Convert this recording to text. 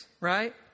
right